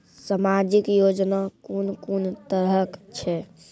समाजिक योजना कून कून तरहक छै?